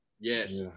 Yes